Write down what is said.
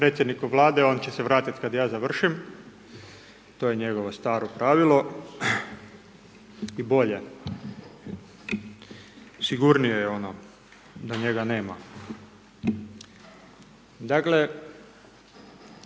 predsjedniku Vlade. On će se vratiti kad ja završim, to je njegovo staro pravilo, i bolje, sigurnije je ono da njega nema. Dakle,